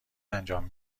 انجام